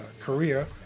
career